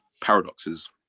paradoxes